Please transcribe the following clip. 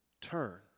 turn